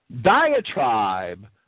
diatribe